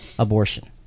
Abortion